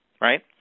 right